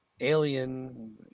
Alien